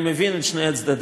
אני מבין את שני הצדדים,